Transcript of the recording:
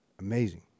amazing